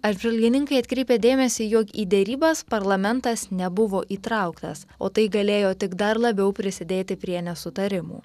apžvalgininkai atkreipė dėmesį jog į derybas parlamentas nebuvo įtrauktas o tai galėjo tik dar labiau prisidėti prie nesutarimų